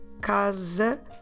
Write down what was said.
casa